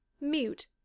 mute